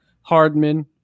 Hardman